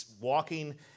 walking